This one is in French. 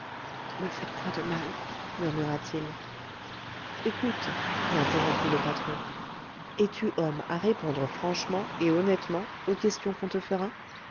ne me faites point de mal murmura-t-il ecoute l'interrompit le patron es-tu homme à répondre franchement et honnêtement aux questions qu'on te fera